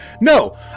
no